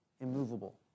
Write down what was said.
immovable